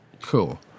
cool